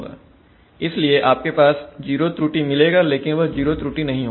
इसलिए आपके पास जीरो त्रुटि मिलेगा लेकिन वह जीरो त्रुटि नहीं होगा